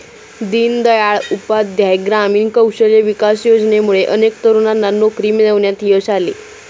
दीनदयाळ उपाध्याय ग्रामीण कौशल्य विकास योजनेमुळे अनेक तरुणांना नोकरी मिळवण्यात यश आले